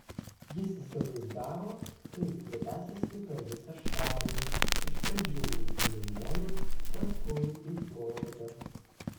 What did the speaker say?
jis įsivaizdavo kaip jie tęsiasi per visą šalį iš pradžių į ilinojų paskui į floridą